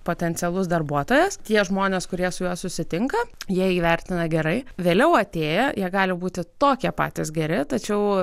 potencialus darbuotojas tie žmonės kurie su juo susitinka jie įvertina gerai vėliau atėję jie gali būti tokia patys geri tačiau